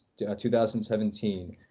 2017